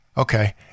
Okay